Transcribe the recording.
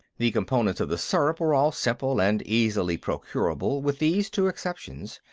the components of the syrup were all simple and easily procurable with these two exceptions,